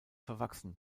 verwachsen